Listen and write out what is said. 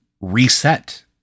reset